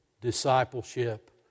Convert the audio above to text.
discipleship